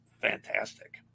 fantastic